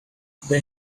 they